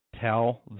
tell